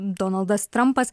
donaldas trampas